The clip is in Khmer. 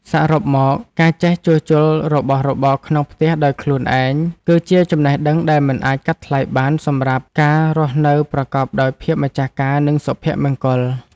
សរុបមក ការចេះជួសជុលរបស់របរក្នុងផ្ទះដោយខ្លួនឯង គឺជាចំណេះដឹងដែលមិនអាចកាត់ថ្លៃបានសម្រាប់ការរស់នៅប្រកបដោយភាពម្ចាស់ការ និងសុភមង្គល។